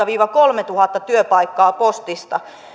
viiva kolmetuhatta työpaikkaa postista